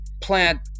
plant